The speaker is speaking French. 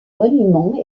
monument